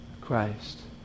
Christ